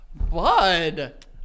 bud